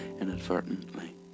inadvertently